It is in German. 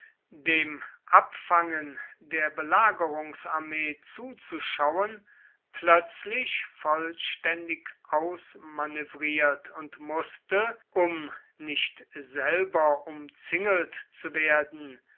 dem abfangen der belagerungsarmee zuzuschauen plötzlich vollständig ausmanövriert und mußte um nicht selber umzingelt zu werden